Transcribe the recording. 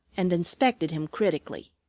and inspected him critically.